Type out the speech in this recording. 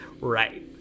Right